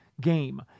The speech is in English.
game